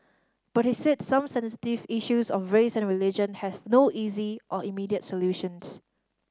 but he said some sensitive issues of race and religion has no easy or immediate solutions